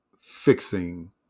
fixing